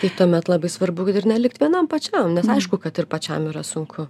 tai tuomet labai svarbu kad ir nelikt vienam pačiam nes aišku kad ir pačiam yra sunku